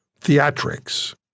theatrics